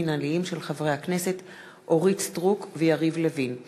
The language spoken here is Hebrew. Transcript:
חברי הכנסת אורית סטרוק ויריב לוין בנושא: